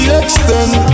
extend